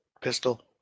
pistol